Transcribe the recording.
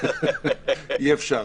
אי אפשר.